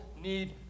need